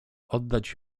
oddać